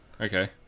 Okay